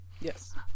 Yes